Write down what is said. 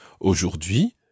aujourd'hui